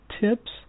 tips